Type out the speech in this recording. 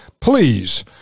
please